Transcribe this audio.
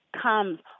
comes